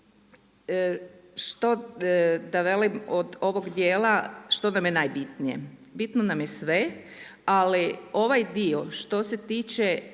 što da velim od ovog djela, što nam je najbitnije. Bitno nam je sve ali ovaj dio što se tiče